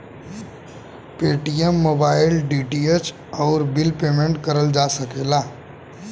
Paytm mobile, DTH, आउर bill payment करल जा सकला